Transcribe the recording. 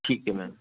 ਠੀਕ ਹੈ ਮੈਮ